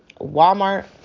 walmart